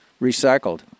recycled